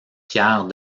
pierre